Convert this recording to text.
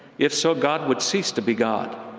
if so, god would cease to be god.